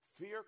Fear